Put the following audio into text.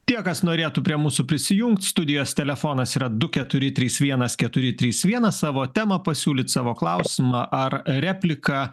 tie kas norėtų prie mūsų prisijungti studijos telefonas yra du keturi trys vienas keturi trys vienas savo temą pasiūlyt savo klausimą ar repliką